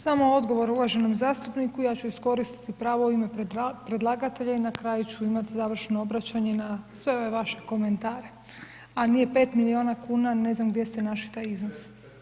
Samo odgovor uvaženom zastupniku, ja ću iskoristiti pravo u ime predlagatelja i na kraju ću imati završno obraćanje na sve ove vaše komentare, a nije 5 milijuna kuna, ne znam gdje ste našli taj iznos?